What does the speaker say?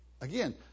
Again